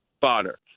fodder